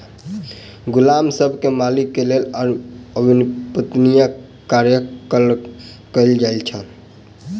गुलाम सब के मालिक के लेल अवेत्निया कार्यक कर कहल जाइ छल